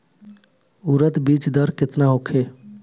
उरद बीज दर केतना होखे?